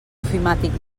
ofimàtic